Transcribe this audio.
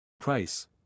Price